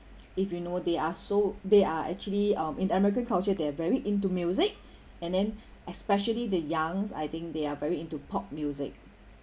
if you know they are so they are actually um in the american culture they're very into music and then especially the young I think they are very into pop music